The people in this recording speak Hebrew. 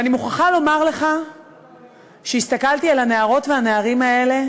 אני מוכרחה לומר לך שהסתכלתי על הנערות והנערים האלה